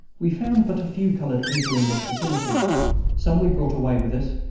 we found but few colored people in this vicinity some we brought away with us,